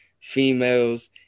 females